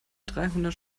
dreihundert